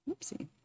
Oopsie